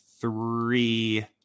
three